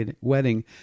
wedding